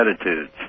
attitudes